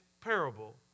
parable